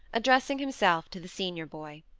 addressing himself to the senior boy.